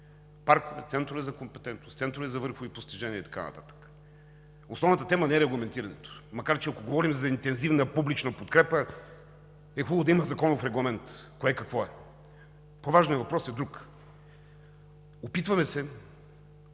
паркове, центрове за компетентност, центрове за върхови постижения и така нататък. Основната тема не е регламентирането, макар че, ако говорим за интензивна публична подкрепа, е хубаво да има законов регламент кое какво е. По-важният въпрос е друг. Опитваме се